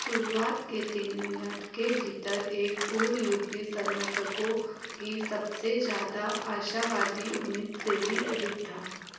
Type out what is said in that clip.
शुरुआत के तीन मिनट के भीतर एक गोल यू पी समर्थकों की सबसे ज़्यादा आशावादी उम्मीद से भी अधिक था